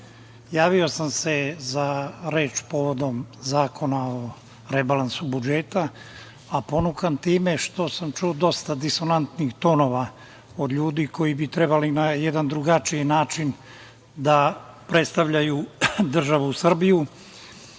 javio sam se za reč povodom Zakona o rebalansu budžeta, a ponukan time što sam čuo dosta disonantnih tonova od ljudi koji bi trebalo na jedan drugačiji način da predstavljaju državu Srbiju. Pored